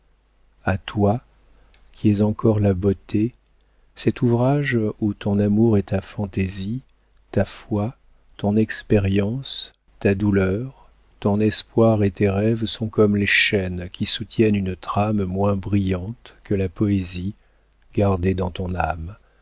à toi qui es encore la beauté cet ouvrage où ton amour et ta fantaisie ta foi ton expérience ta douleur ton espoir et tes rêves sont comme les chaînes qui soutiennent une trame moins brillante que la poésie gardée dans ton âme